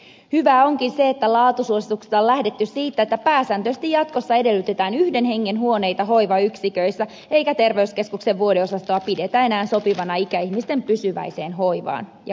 hyvää onkin se että laatusuosituksissa on lähdetty siitä että pääsääntöisesti jatkossa edellytetään yhden hengen huoneita hoivayksiköissä eikä terveyskeskuksen vuodeosastoja pidetä enää sopivina ikäihmisten pysyväi seen hoivaan ja kodiksi